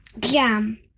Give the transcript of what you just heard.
Jam